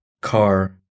car